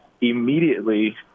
immediately